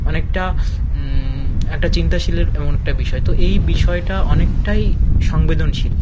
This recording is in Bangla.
অনেকটা একটা চিন্তাশীলের এমন একটা বিষয় তো এই বিষয়টা অনেকটাই সংবেদনশীল